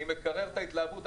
אני מקרר את ההתלהבות.